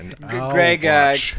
Greg